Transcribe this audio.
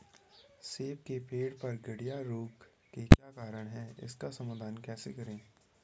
सेब के पेड़ पर गढ़िया रोग के क्या कारण हैं इसका समाधान कैसे करें?